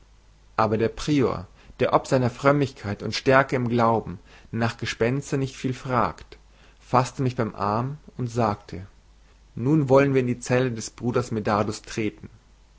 aber der prior der ob seiner frömmigkeit und stärke im glauben nach gespenstern nicht viel fragt faßte mich beim arm und sagte nun wollen wir in die zelle des bruders medardus treten